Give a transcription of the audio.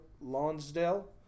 Lonsdale